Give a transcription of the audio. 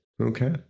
okay